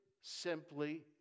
simply